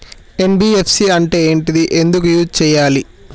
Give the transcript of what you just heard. NBFC అంటే ఏంటిది ఎందుకు యూజ్ చేయాలి?